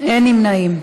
אין נמנעים.